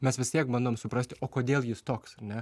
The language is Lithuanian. mes vis tiek bandom suprasti o kodėl jis toks ar ne